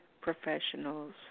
professionals